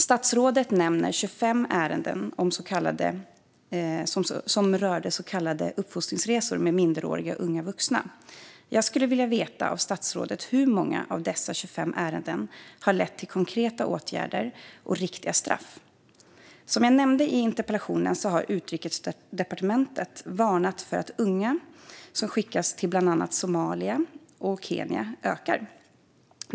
Statsrådet nämner 25 ärenden som rör så kallade uppfostringsresor med minderåriga unga vuxna. Jag skulle vilja veta av statsrådet hur många av dessa 25 ärenden som har lett till konkreta åtgärder och riktiga straff. Som jag nämnde i interpellationen har Utrikesdepartementet varnat för att antalet unga som skickas till bland annat Somalia och Kenya ökar.